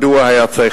מדוע היה צריך